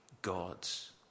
gods